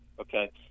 okay